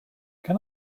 can